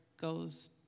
goes